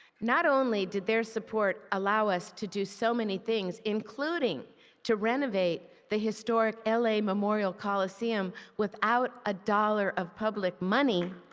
not only did their support allow us to do so many things, including to renovate the historic l a. memorial coliseum, without a dollar of public money,